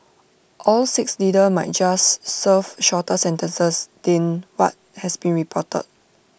all six leaders might just serve shorter sentences than what has been reported